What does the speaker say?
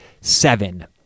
seven